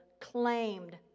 claimed